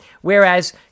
whereas